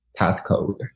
passcode